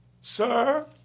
Sir